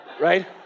right